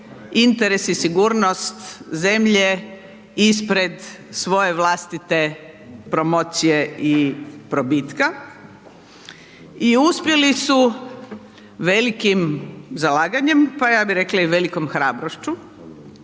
interes i sigurnost zemlje ispred svoje vlastite promocije i probitka i uspjeli su velikim zalaganjem, pa ja bih rekla i velikom hrabrošću